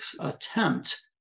attempt